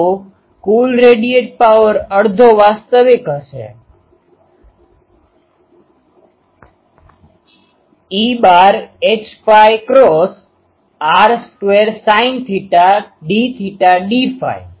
તો કુલ radiate power અડધો વાસ્તવિક હશે E Hr2sin dθdφE H r square sine theta d theta d phi